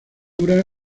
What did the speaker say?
dura